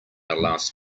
last